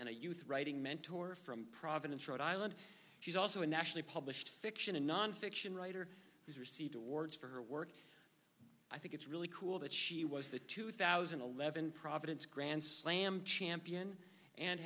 a youth writing mentor from providence rhode island she's also a nationally published fiction and nonfiction writer who's received awards for her work i think it's really cool that she was the two thousand and eleven providence grand slam champion and